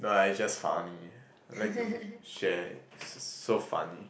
no lah it's just funny like to share so so funny